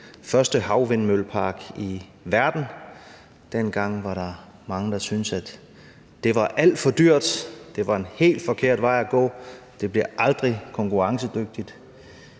første havvindmøllepark i verden. Dengang var der mange, der syntes, at det var alt for dyrt, at det var en helt forkert vej at gå, og at det aldrig blev konkurrencedygtigt.